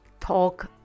talk